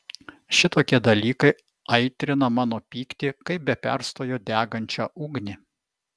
šitokie dalykai aitrina mano pyktį kaip be perstojo degančią ugnį